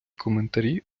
коментарі